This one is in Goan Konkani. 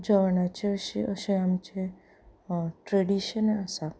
जेवणाचें अशें आमचें ट्रेडिशन आसा